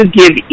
give